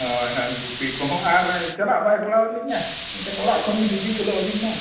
ᱦᱳᱭ ᱦᱳᱭ ᱜᱩᱯᱤ ᱠᱚ ᱦᱚᱸ ᱟᱨ ᱪᱟᱞᱟᱜ ᱵᱟᱭ ᱯᱟᱲᱟᱣ ᱟᱹᱞᱤᱧᱚᱲᱟᱜ ᱠᱷᱟᱱ ᱵᱤᱱ ᱤᱫᱤ ᱠᱚᱢᱟ ᱟᱹᱵᱤᱱᱢᱟ